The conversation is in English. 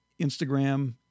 Instagram